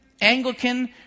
Anglican